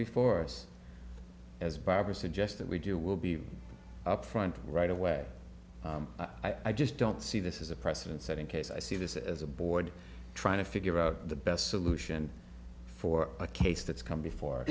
before us as barbara suggested we do will be up front right away i just don't see this is a precedent setting case i see this as a board trying to figure out the best solution for a case that's come before